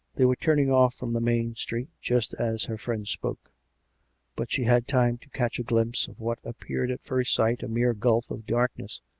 they were turning off from the main street just as her friend spoke but she had time to catch a glimpse of what appeared at first sight a mere gulf of darkness,